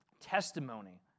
testimony